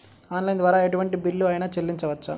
Online ద్వారా ఎటువంటి bill అయినా చెల్లించవచ్చా?